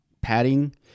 padding